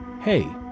hey